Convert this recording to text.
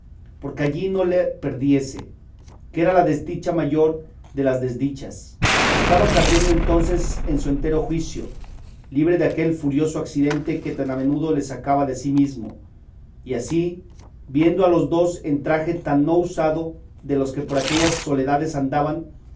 porque allí no la perdiese que era la desdicha mayor de las desdichas estaba cardenio entonces en su entero juicio libre de aquel furioso accidente que tan a menudo le sacaba de sí mismo y así viendo a los dos en traje tan no usado de los que por aquellas soledades andaban